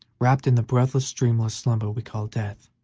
wrapped in the breathless, dreamless slumber we call death.